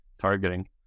targeting